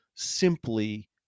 simply